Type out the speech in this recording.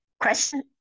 question